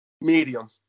Medium